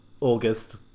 August